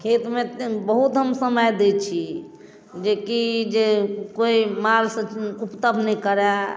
खेतमे बहुत हम समय दै छी जेकि जे कोइ माल सब उपद्रव नहि करै